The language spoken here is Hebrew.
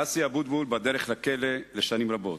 אסי אבוטבול בדרך לכלא לשנים רבות.